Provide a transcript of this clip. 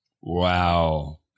Wow